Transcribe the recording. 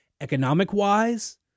Economic-wise